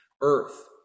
earth